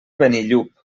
benillup